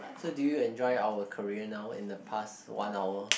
so do you enjoy our career now in the past one hour